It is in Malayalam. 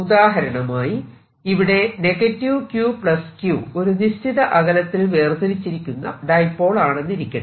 ഉദാഹരണമായി ഇവിടെ q q ഒരു നിശ്ചിത അകലത്തിൽ വേർതിരിച്ചിരിക്കുന്ന ഡൈപോൾ ആണെന്നിരിക്കട്ടെ